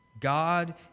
God